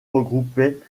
regroupait